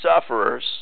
sufferers